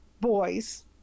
boys